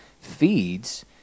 feeds